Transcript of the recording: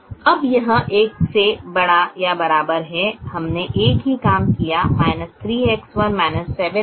अब यह एक से बड़ा या बराबर है हमने एक ही काम किया 3X1 7X4